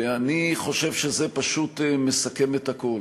ואני חושב שזה פשוט מסכם את הכול.